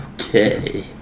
Okay